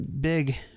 big